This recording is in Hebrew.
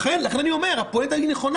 לכן אני אומר שהפואנטה נכונה.